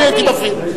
אני הייתי מפעיל.